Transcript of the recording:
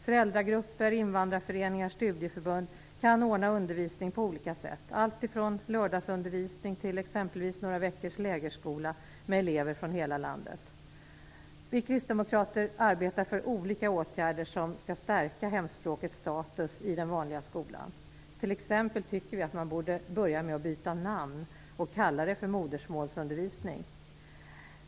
Föräldragrupper, invandrarföreningar och studieförbund kan ordna undervisning på olika sätt, alltifrån lördagsundervisning till exempelvis några veckors lägerskola med elever från hela landet. Vi kristdemokrater arbetar för olika åtgärder som skall stärka hemspråkets status i den vanliga skolan. Vi tycker t.ex. att man borde börja med att byta namn och kalla det för modersmålsundervisning.